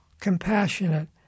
compassionate